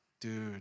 dude